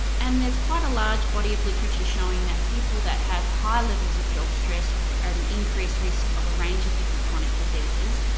and there's quite a large body of literature showing that people that have high levels of job stress are at an increased risk of a range of different chronic diseases,